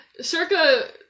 circa